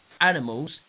animals